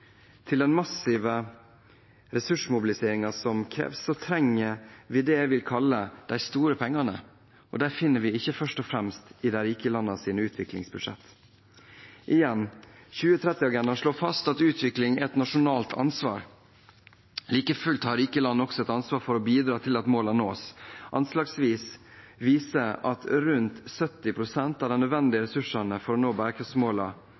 Til denne massive ressursmobiliseringen som kreves, trenger vi det jeg vil kalle de store pengene, og de finner vi ikke først og fremst i de rike landenes utviklingsbudsjetter. Igjen: 2030-agendaen slår fast at utvikling er et nasjonalt ansvar. Like fullt har rike land også et ansvar for å bidra til at målene nås. Anslag viser at rundt 70 pst. av de nødvendige ressursene for å nå